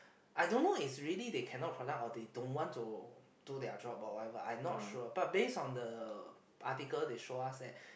I don't know it's really they can not product or they don't want to do their job or whatever I not sure but base on the article they show us that